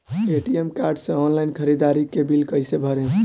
ATM card से online ख़रीदारी के बिल कईसे भरेम?